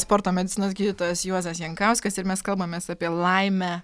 sporto medicinos gydytojas juozas jankauskas ir mes kalbamės apie laimę